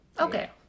Okay